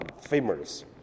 famous